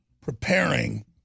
preparing